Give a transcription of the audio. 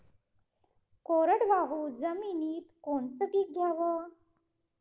कोरडवाहू जमिनीत कोनचं पीक घ्याव?